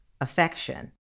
affection